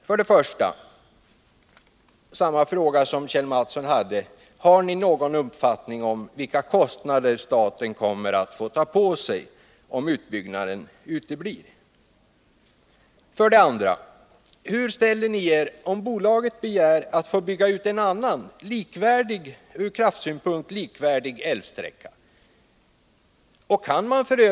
Min första fråga är densamma som Kjell Mattsson ställde. 1. Har ni någon uppfattning om vilka kostnader staten kommer att få ta på sig om utbyggnaden uteblir? 2. Om bolaget begär att få bygga ut en annan från kraftsynpunkt likvärdig älvsträcka, hur ställer ni er då till detta?